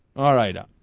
all right ah.